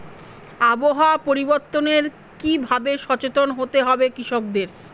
আবহাওয়া পরিবর্তনের কি ভাবে সচেতন হতে হবে কৃষকদের?